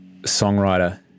songwriter